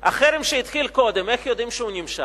החרם שהתחיל קודם, איך יודעים שהוא נמשך?